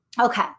Okay